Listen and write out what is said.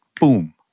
boom